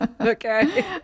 Okay